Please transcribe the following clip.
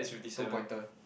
two pointer